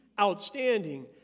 outstanding